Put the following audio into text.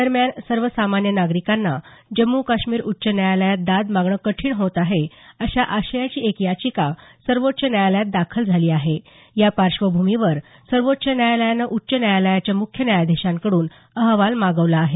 दरम्यान सर्वसामान्य नागरिकांना जम्मू काश्मीर उच्च न्यायालयात दाद मागणं कठीण होत आहे अशा आशयाची एक याचिका सर्वोच्च न्यायालयात दाखल झाली आहे या पार्श्वभूमीवर सर्वोच्च न्यायालयानं उच्च न्यायालयाच्या मुख्य न्यायाधीशांकडून अहवाल मागवला आहे